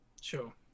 Sure